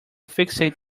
fixate